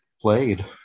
played